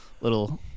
little